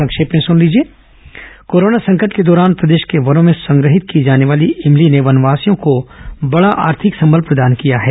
संक्षिप्त समाचार कोरोना संकट के दौरान प्रदेश के वनों में संग्रहित की जाने वाली इमली ने वनवासियों को बड़ा आर्थिक संबल प्रदान किया है